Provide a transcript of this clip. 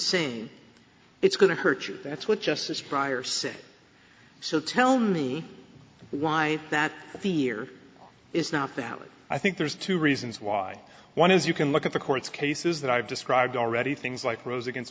same it's going to hurt you that's what justice brier said so tell me why that fear is not that i think there's two reasons why one is you can look at the court's cases that i've described already things like rose against